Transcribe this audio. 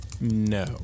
No